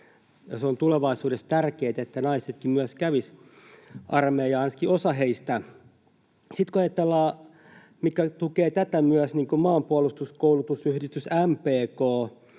ja on tulevaisuudessa tärkeätä, että naisetkin myös kävisivät armeijan, ainakin osa heistä. Sitten kun ajatellaan, mikä tukisi tätä myös, niin Maanpuolustuskoulutusyhdistys MPK